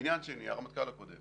עניין שני, הרמטכ"ל הקודם